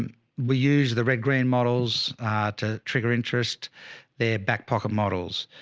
um we use the red green models to trigger interest their backpocket models.